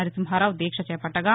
నరసింహారావు దీక్ష చేపట్లగా